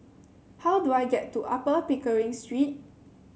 how do I get to Upper Pickering Street